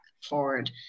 forward